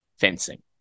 fencing